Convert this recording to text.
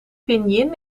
pinyin